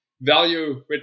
value